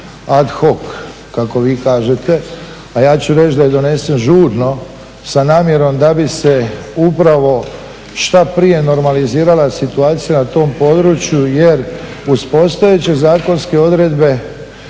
at hoc kako vi kažete a ja ću reći da je donesen žurno s namjerom da bi se upravo što prije normalizirala situacija na tom području jer uz postojeće zakonske odredbe